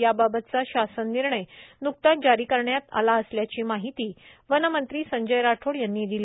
याबाबतचा शासन शासन निर्णय नुकताच जारी करण्यात आला असल्याची माहिती वन मंत्री संजय राठोड यांनी दिली